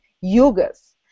yugas